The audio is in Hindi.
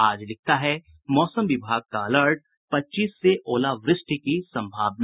आज लिखता है मौसम विभाग का अलर्ट पच्चीस से ओलावृष्टि की संभावना